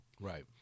right